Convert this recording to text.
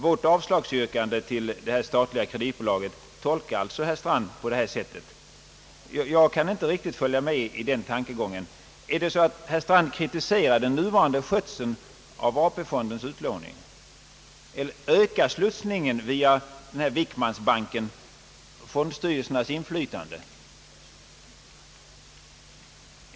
Vårt avslagsyrkande till det statliga kreditbolaget tolkas alltså av herr Strand på det sättet. Jag kan inte riktigt följa med i den tankegången. Är det så att herr Strand kritiserar den nuvarande skötseln av AP-fondens utlåning? Ökar slussningen via Wickmanbanken fondstyrelsernas inflytande?